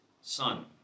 Son